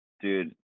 dude